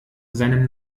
seinem